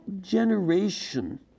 generation